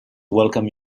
welcome